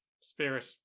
spirit